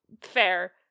fair